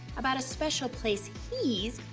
about a special place he's,